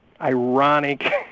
ironic